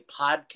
podcast